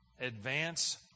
Advance